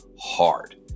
hard